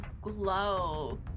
glow